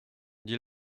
dit